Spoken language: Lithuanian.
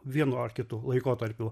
vienu ar kitu laikotarpiu